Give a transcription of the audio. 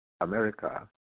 America